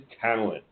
talent